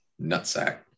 nutsack